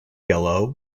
yellow